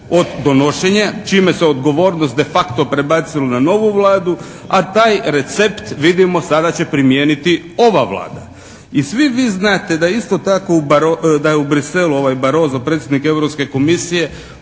od donošenja čime se odgovornost de facto prebacilo na novu Vladu a taj recept vidimo sada će primijeniti ova Vlada. I svi vi znate da isto tako u, da je u Bruxellu ovaj Baroso, predsjednik Europske